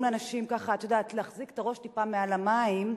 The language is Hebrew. לאנשים להחזיק את הראש טיפה מעל המים.